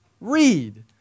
Read